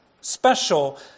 special